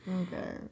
Okay